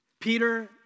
Peter